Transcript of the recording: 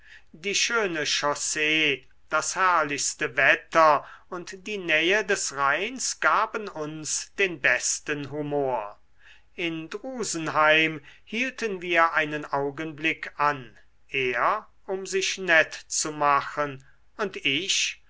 die schöne chaussee das herrlichste wetter und die nähe des rheins gaben uns den besten humor in drusenheim hielten wir einen augenblick an er um sich nett zu machen und ich